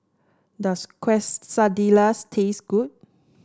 does Quesadillas taste good